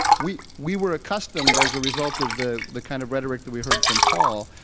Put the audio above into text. we we were accustomed as a result of the the kind of rhetoric that we heard from paul,